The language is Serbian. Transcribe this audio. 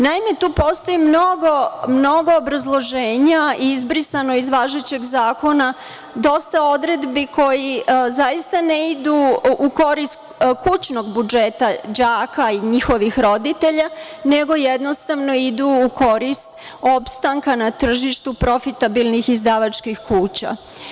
Naime, tu postoji mnogo, mnogo obrazloženja izbrisano iz važećeg zakona, dosta odredbi koje zaista ne idu u korist kućnog budžeta đaka i njihovih roditelja, nego jednostavno idu u korist opstanka na tržištu profitabilnih izdavačkih kuća.